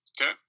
Okay